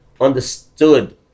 understood